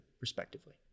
respectively